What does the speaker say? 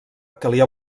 calia